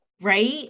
Right